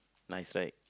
nice right